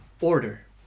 order